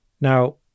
Now